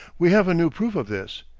we have a new proof of this,